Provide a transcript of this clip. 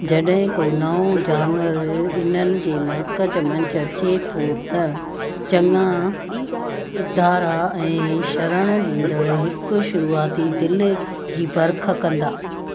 जॾहिं को नओं जानवरु इन्हनि जे मर्कज़ मंझि अचे थो त चङा इदारा ऐं शरण ॾींदड़ु हिकु शुरूआती दिलि जी परखु़ कंदा